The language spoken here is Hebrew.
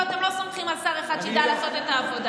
אתם לא סומכים על שר אחד שידע לעשות את העבודה,